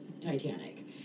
Titanic